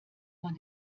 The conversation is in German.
man